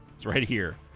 it's right here